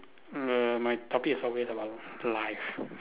err my topic is always about life